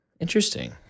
Interesting